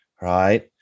right